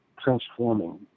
transforming